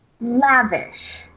lavish